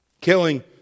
Killing